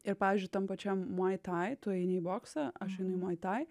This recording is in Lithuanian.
ir pavyzdžiui tam pačiam moi tai tu įeini į boksą aš einu į moi tai